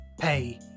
pay